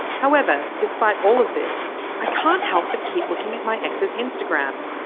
however despite all of this i can't help but keep looking at my ex's instagram.